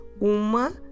Uma